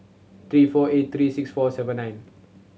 three four eight three six four seven nine